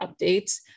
updates